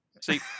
see